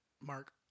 Mark